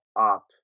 up